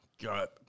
God